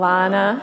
Lana